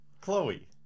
Chloe